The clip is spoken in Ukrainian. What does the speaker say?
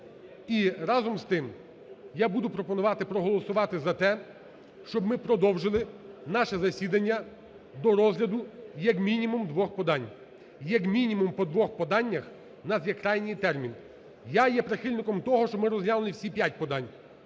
І разом з тим, я буду пропонувати проголосувати за те, щоб ми продовжили наше засідання до розгляду як мінімум двох подань. Як мінімум по двох поданнях у нас є крайній термін. Я є прихильником того, щоб ми розглянули всі п'ять подань,